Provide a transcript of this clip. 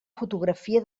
fotografia